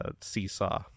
seesaw